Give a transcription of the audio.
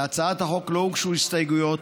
להצעת החוק לא הוגשו הסתייגויות,